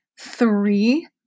three